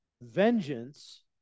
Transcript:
vengeance